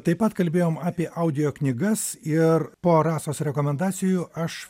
taip pat kalbėjom apie audio knygas ir po rasos rekomendacijų aš